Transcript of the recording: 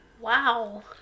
Wow